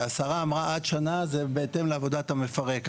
כשהשרה אמרה: עד שנה, זה בהתאם לעבודת המפרק.